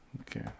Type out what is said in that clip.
Okay